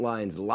Lines